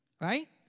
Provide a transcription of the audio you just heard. right